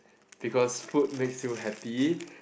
because food makes you happy